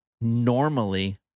normally